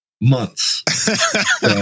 months